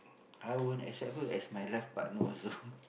I won't accept her as my life partner also